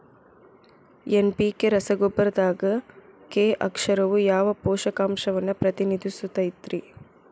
NPK ರಸಗೊಬ್ಬರದಾಗ K ಅಕ್ಷರವು ಯಾವ ಪೋಷಕಾಂಶವನ್ನ ಪ್ರತಿನಿಧಿಸುತೈತ್ರಿ?